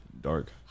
dark